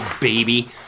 baby